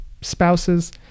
spouses